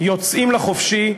יוצאים לחופשי,